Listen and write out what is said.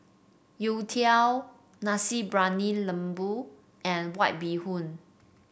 youtiao Nasi Briyani Lembu and White Bee Hoon